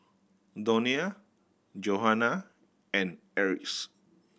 Donnell Johanna and Eris